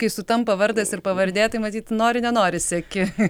kai sutampa vardas ir pavardė tai matyt nori nenori seki